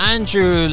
Andrew